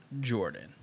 Jordan